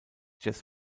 jazz